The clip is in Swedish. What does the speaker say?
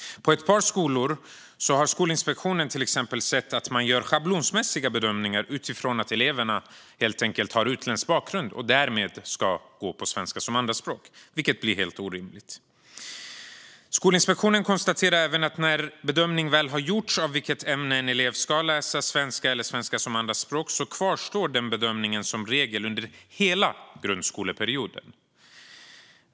På ett par skolor har Skolinspektionen till exempel sett att man gör schablonmässiga bedömningar utifrån att eleverna har utländsk bakgrund att de därmed ska gå på svenska som andraspråk, vilket blir helt orimligt. Skolinspektionen konstaterar även att när en bedömning väl gjorts av vilket ämne en elev ska läsa, svenska eller svenska som andraspråk, kvarstår den bedömningen som regel under hela grundskoletiden.